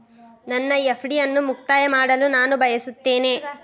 ನನ್ನ ಎಫ್.ಡಿ ಅನ್ನು ಮುಕ್ತಾಯ ಮಾಡಲು ನಾನು ಬಯಸುತ್ತೇನೆ